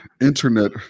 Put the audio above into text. internet